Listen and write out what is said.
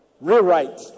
rewrite